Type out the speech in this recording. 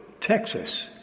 Texas